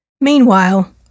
Meanwhile